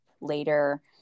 later